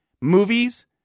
movies